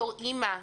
בתור אימא,